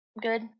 Good